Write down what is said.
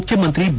ಮುಖ್ಯಮಂತ್ರಿ ಬಿ